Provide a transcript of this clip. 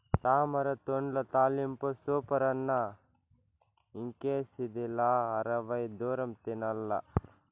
తామరతూడ్ల తాలింపు సూపరన్న ఇంకేసిదిలా అరవై దూరం తినాల్ల